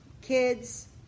kids